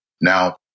Now